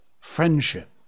friendship